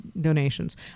donations